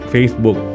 Facebook